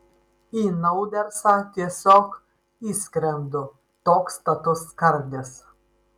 į naudersą tiesiog įskrendu toks status skardis